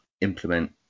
implement